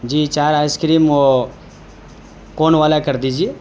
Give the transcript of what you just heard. جی چار ice cream وہ کون والا کر دیجیے